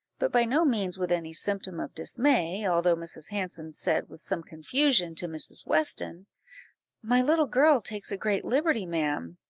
but by no means with any symptom of dismay, although mrs. hanson said, with some confusion, to mrs. weston my little girl takes a great liberty, ma'am,